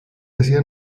hacía